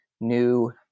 new